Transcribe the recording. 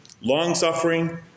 Long-suffering